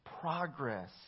progress